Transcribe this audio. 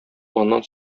аннан